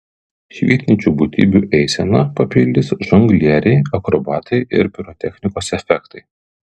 švytinčių būtybių eiseną papildys žonglieriai akrobatai ir pirotechnikos efektai